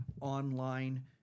online